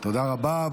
תודה רבה.